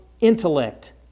intellect